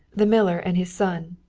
the miller and his son,